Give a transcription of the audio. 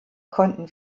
konnten